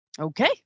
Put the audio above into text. Okay